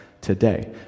today